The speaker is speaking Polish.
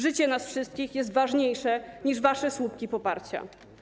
Życie nas wszystkich jest ważniejsze niż wasze słupki poparcia.